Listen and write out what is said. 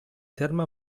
terme